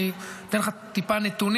ואני אתן לך טיפה נתונים,